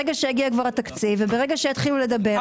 ברגע שיגיע כבר התקציב וברגע שיתחילו לדבר,